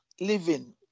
living